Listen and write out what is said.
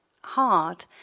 hard